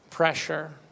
pressure